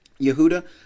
Yehuda